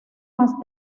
más